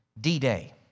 D-Day